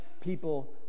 people